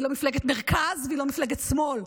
היא לא מפלגת מרכז והיא לא מפלגת שמאל.